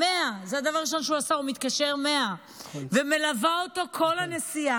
ויתרה על הרובה ולא ויתרה על המאבק המזוין",